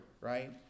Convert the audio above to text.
right